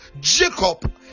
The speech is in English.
Jacob